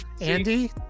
Andy